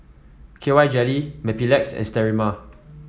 K Y Jelly Mepilex and Sterimar